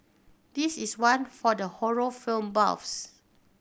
this is one for the horror film buffs